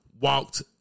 walked